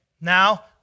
Now